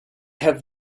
have